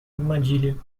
armadilha